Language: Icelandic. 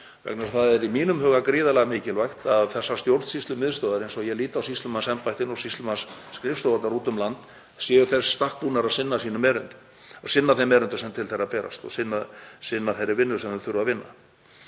stendur. Það er í mínum huga gríðarlega mikilvægt að þessar stjórnsýslumiðstöðvar, eins og ég lít á sýslumannsembættin og sýslumannsskrifstofurnar út um land, séu í stakk búnar að sinna sínum erindum, sinna þeim erindum sem til þeirra berast og sinna þeirri vinnu sem þau þurfa að vinna.